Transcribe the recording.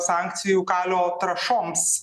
sankcijų kalio trąšoms